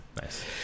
Nice